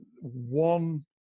one